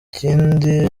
ikindi